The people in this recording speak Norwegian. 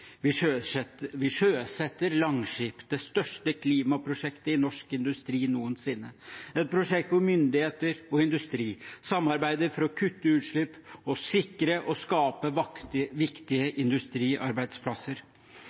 Vi sjøsetter Langskip, det største klimaprosjektet i norsk industri noensinne, et prosjekt hvor myndigheter og industri samarbeider for å kutte utslipp og sikre og skape viktige